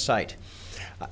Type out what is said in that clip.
site